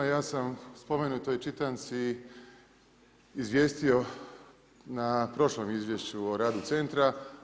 Ja sam u spomenutoj čitanci izvijestio na prošlom izvješću u radu centra.